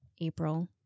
April